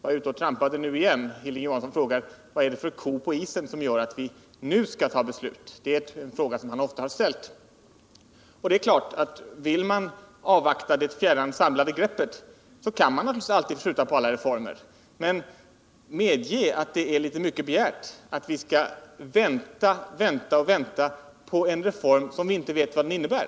var ute och trampade på isen nu igen. Hilding Johansson frågade: Vad är det för ko på isen som gör att vi nu måste ta ett beslut? Detta är en fråga som han ofta har ställt. Vill man avvakta det fjärran samlade greppet är det klart att man kan skjuta på alla reformer. Men medge att det är litet väl mycket begärt att vi bara skall vänta, vänta och vänta på en reform som vi inte ens vet vad den innebär!